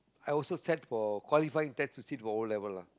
I also sat for qualifying test to sit for O-level ah